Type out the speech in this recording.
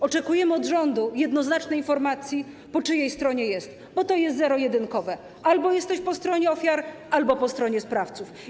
Oczekujemy od rządu jednoznacznej informacji, po czyjej stronie jest, bo to jest zero-jedynkowe: albo jest po stronie ofiar, albo po stronie sprawców.